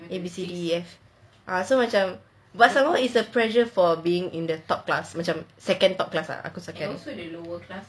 A B C D E F ah so macam but some more pressure for being in the top class second top class ah